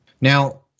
Now